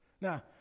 Now